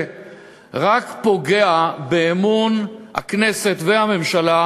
רק פוגע באמון הציבור בכנסת ובממשלה,